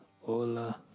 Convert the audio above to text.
Hola